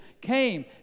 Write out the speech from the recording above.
came